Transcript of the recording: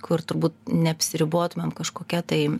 kur turbūt neapsiribotumėm kažkokia tai